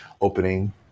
opening